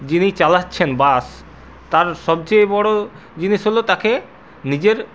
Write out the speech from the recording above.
যিনি চালাচ্ছেন বাস তার সবচেয়ে বড়ো জিনিস হল তাকে নিজের